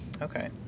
okay